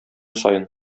саен